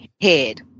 head